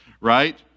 right